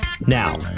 Now